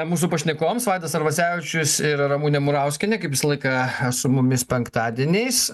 mūsų pašnekovams vaidas arvasevičius ir ramunė murauskienė kaip visą laiką su mumis penktadieniais